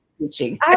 teaching